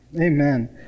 Amen